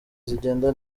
zigenda